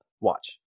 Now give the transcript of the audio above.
watch